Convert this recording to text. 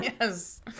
Yes